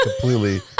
completely